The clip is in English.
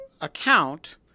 account